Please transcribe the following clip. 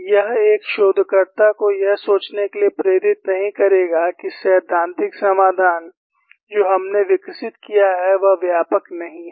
यह एक शोधकर्ता को यह सोचने के लिए प्रेरित नहीं करेगा कि सैद्धांतिक समाधान जो हमने विकसित किया है वह व्यापक नहीं है